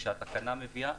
שהתקנה מביאה,